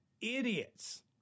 idiots